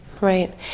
Right